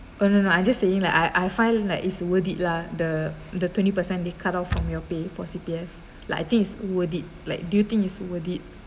oh no no I just saying like I I find like it's worth it lah the the twenty percent they cut off from your pay for C_P_F like I think is worth it like do you think is worth it